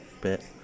bit